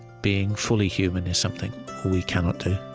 being fully human is something we cannot do